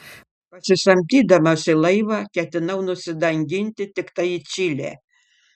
pasisamdydamas į laivą ketinau nusidanginti tiktai į čilę